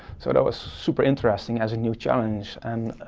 so that was super interesting as a new challenge. and